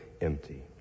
empty